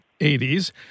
80s